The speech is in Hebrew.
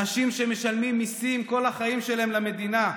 אנשים משלמים מיסים כל החיים שלהם למדינה,